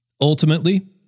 Ultimately